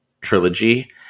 trilogy